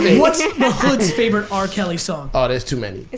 what's the hood's favorite r. kelly song? oh, there's too many.